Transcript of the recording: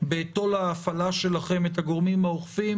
בתו"ל ההפעלה שלכם את הגורמים האוכפים